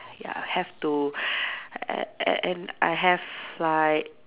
ya have to a~ a~ and I have like